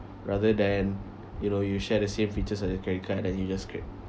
rather than you know you share the same features as the credit card then you just cr~